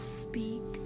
speak